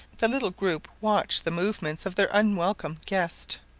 the little group watched the movements of their unwelcome guest.